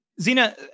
Zena